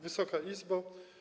Wysoka Izbo!